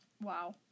wow